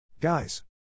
Guys